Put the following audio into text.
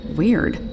weird